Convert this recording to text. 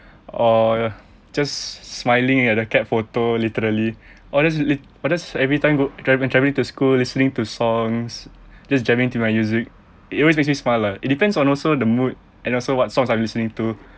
or ya just smiling at the cat photo literally or just or just every time go driving driving to school listening to songs just jamming to my music it always makes me smile lah it depends on also the mood and also what songs I'm listening to